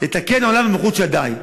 לתקן עולם במלכות שדי.